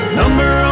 number